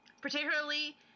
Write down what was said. particularly